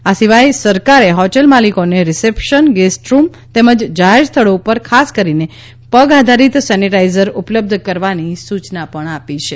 આ સિવાય સરકારે હોટેલ માલિકોને રિસેપ્શન ગેસ્ટ રૂમ તેમજ જાહેર સ્થળો ઉપર ખાસ કરીને પગ આધારીત સેનિટાઇઝર ઉપલબ્ધ કરવાની સૂચના પણ આપી છે